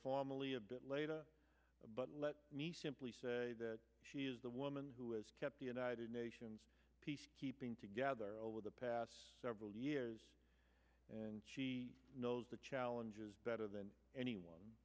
formally a bit later but let me simply say that the woman who has kept the united nations peace keeping together over the past several years and she knows the challenges better than anyone